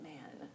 Man